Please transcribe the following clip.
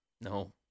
No